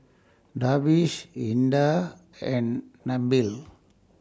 Darwish Indah and Nabil